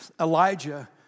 Elijah